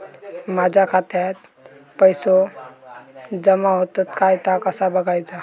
माझ्या खात्यात पैसो जमा होतत काय ता कसा बगायचा?